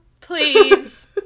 please